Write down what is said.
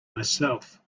myself